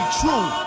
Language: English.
true